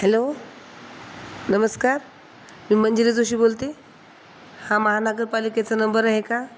hello नमस्कार मी मंजिरी जोशी बोलते हा महानगरपालिकेचा नंबर आहे का